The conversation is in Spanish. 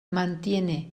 mantiene